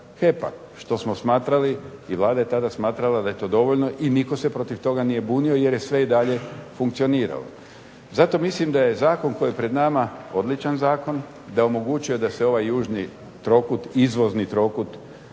HEP-a što smo smatrali i Vlada je tada smatrala da je to dovoljno i nitko se protiv toga nije bunio jer je sve i dalje funkcioniralo. Zato mislim da je zakon koji je pred nama odličan zakon, da omogućuje da se ovaj južni trokut, izvozni trokut